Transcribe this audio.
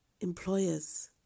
employers